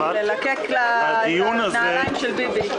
ללקק את הנעלים של ביבי.